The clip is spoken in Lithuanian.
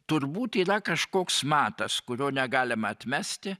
turbūt yra kažkoks matas kurio negalima atmesti